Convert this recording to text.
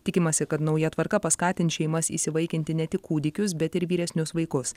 tikimasi kad nauja tvarka paskatins šeimas įsivaikinti ne tik kūdikius bet ir vyresnius vaikus